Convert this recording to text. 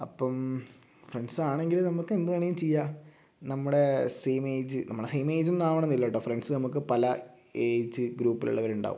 അപ്പം ഫ്രണ്ട്സ് ആണെങ്കിൽ നമുക്ക് എന്ത് വേണമെങ്കിലും ചെയ്യാം നമ്മുടെ സെയിം ഏജ് നമ്മുടെ സെയിം ഏജ് ഒന്നും ആകണമെന്നില്ല കേട്ടോ ഫ്രണ്ട്സ് നമുക്ക് പല ഏജ് ഗ്രൂപ്പിൽ ഉള്ളവർ ഉണ്ടാവും